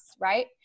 right